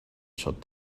shut